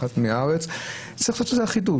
צריכה להיות אחידות.